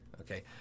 Okay